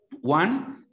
One